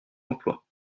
d’emploi